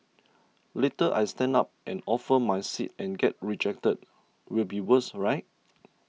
later I stand up and offer my seat and get rejected will be worse right